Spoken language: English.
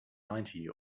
ninety